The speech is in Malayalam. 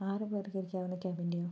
ആറുപേർക്ക് ഇരിക്കാവുന്ന ക്യാബിൻ്റെയോ